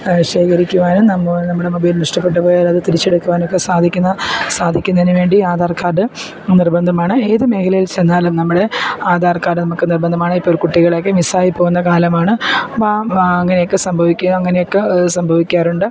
ശേഖരിക്കുവാനും നമ്മുടെ മൊബൈൽ നഷ്ടപ്പെട്ടു പോയാലത് തിരിച്ചെടുക്കുവാനൊക്കെ സാധിക്കുന്ന സാധിക്കുന്നതിനു വേണ്ടി ആധാർ കാഡ് നിർബന്ധമാണ് ഏതു മേഖലയിൽ ചെന്നാലും നമ്മൾ ആധാർ കാഡ് നമുക്ക് നിർബന്ധമാണ് ഇപ്പോൾ കുട്ടികളെയൊക്കെ മിസ്സായിപ്പോകുന്ന കാലമാണ് അപ്പം ആ അങ്ങനെയൊക്കെ സംഭവിക്കുക അങ്ങനെയൊക്കെ സംഭവിക്കാറുണ്ട്